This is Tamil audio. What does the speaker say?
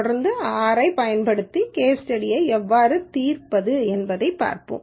தொடர்ந்து ஆர் ஐப் பயன்படுத்தி கேஸ் ஸ்டடியை எவ்வாறு தீர்ப்பது என்று பார்ப்போம்